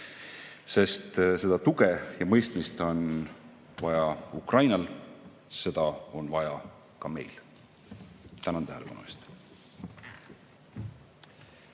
Sest seda tuge ja mõistmist on vaja Ukrainal, seda on vaja ka meil. Tänan tähelepanu eest!